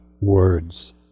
words